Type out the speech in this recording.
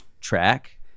track